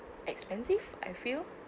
expensive I feel